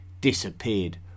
disappeared